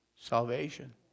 salvation